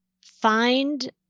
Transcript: find